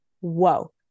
whoa